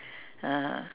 (uh huh)